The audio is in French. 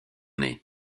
nés